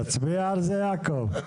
נצביע על זה, יעקב?